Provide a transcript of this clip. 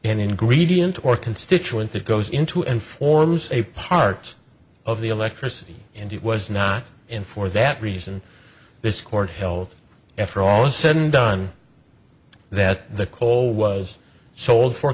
an ingredient or constituent that goes into and forms a part of the electricity and it was not in for that reason this court held after all is said and done that the coal was sold for